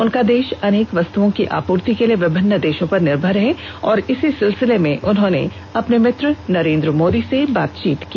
उनका देश अनेक वस्तुओं की आपूर्ति के लिए विभन्न देशों पर निर्भर है और इसी सिलसिले में उन्होंने प्रधानमंत्री नरें द्र मोदी से बातचीत की